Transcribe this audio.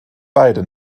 beide